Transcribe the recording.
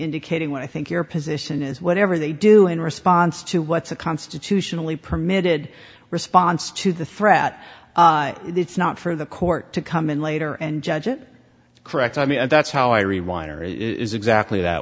indicating what i think your position is whatever they do in response to what's a constitutionally permitted response to the threat it's not for the court to come in later and judge it correct i mean that's how i re weiner it is exactly that